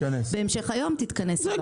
בהמשך היום תתכנס הוועדה.